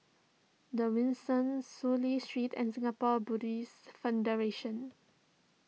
the Windsor Soon Lee Street and Singapore Buddhist Federation